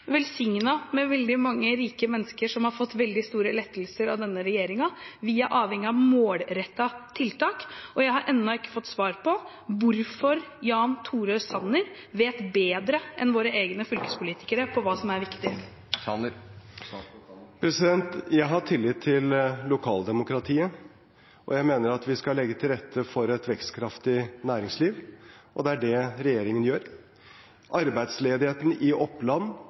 er avhengig av målrettede tiltak, og jeg har ennå ikke fått svar på hvorfor Jan Tore Sanner vet bedre enn våre egne fylkespolitikere hva som er viktig. Jeg har tillit til lokaldemokratiet. Jeg mener at vi skal legge til rette for et vekstkraftig næringsliv, og det er det regjeringen gjør. Arbeidsledigheten i Oppland,